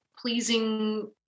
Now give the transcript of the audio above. pleasing